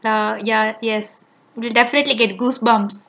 ya ya yes you definitely get goosebumps